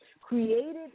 created